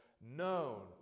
known